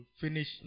finish